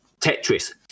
Tetris